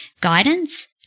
guidance